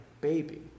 baby